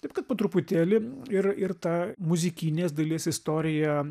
taip kad po truputėlį ir ir ta muzikinės dalies istorija